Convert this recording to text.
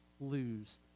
lose